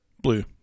Blue